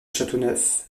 châteauneuf